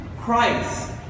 Christ